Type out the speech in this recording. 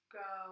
go